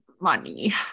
Money